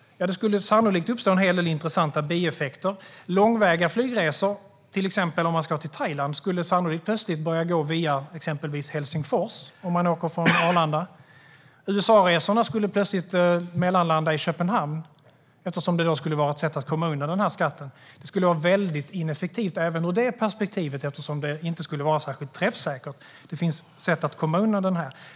Jo, det skulle sannolikt uppstå en hel del intressanta bieffekter. Långväga flygresor, till exempel till Thailand, skulle plötsligt börja gå via exempelvis Helsingfors om man åker från Arlanda. USA-resorna skulle plötsligt mellanlanda i Köpenhamn eftersom det skulle vara ett sätt att komma undan den här skatten. Skatten skulle vara väldigt ineffektiv även ur det perspektivet eftersom den inte skulle vara särskilt träffsäker. Det finns sätt att komma undan den.